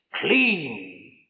clean